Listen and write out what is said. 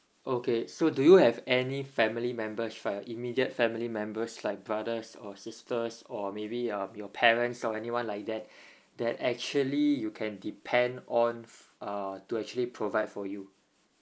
okay so do you have any family members like your immediate family members like brothers or sisters or maybe uh your parents or anyone like that that actually you can depend on uh to actually provide for you